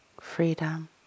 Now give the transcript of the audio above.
freedom